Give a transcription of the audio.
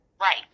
Right